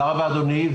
תודה רבה, אדוני.